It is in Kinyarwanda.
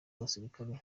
abasirikare